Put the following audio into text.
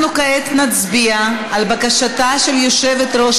אנחנו כעת נצביע על בקשתה של יושבת-ראש